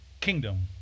Kingdom